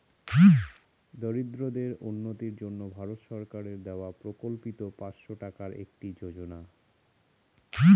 দরিদ্রদের উন্নতির জন্য ভারত সরকারের দেওয়া প্রকল্পিত পাঁচশো টাকার একটি যোজনা